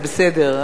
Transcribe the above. זה בסדר.